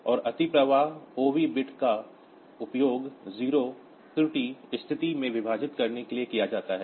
और अतिप्रवाह OV bit का उपयोग 0 त्रुटि स्थिति से विभाजित करने के लिए किया जाता है